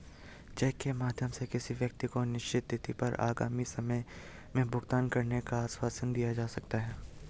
check के माध्यम से किसी व्यक्ति को निश्चित तिथि पर आगामी समय में भुगतान करने का आश्वासन दिया जा सकता है